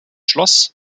schloss